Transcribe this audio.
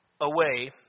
away